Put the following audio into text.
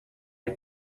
het